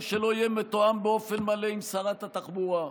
שלא יהיה מתואם באופן מלא עם שרת התחבורה.